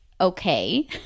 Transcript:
okay